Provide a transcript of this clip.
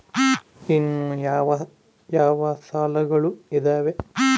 ಇನ್ನು ಯಾವ ಯಾವ ಸಾಲಗಳು ಇದಾವೆ?